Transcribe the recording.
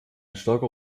starker